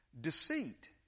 deceit